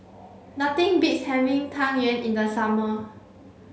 nothing beats having Tang Yuen in the summer